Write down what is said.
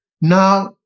Now